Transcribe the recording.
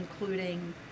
including